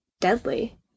deadly